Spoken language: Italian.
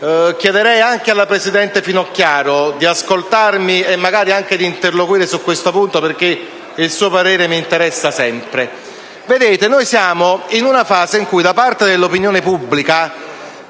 (chiedo alla presidente Finocchiaro di ascoltare e, magari, di interloquire su questo punto, perché il suo parere mi interessa sempre): viviamo in una fase in cui da parte dell'opinione pubblica